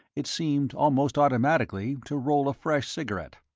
it seemed almost automatically, to roll a fresh cigarette.